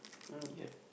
yeah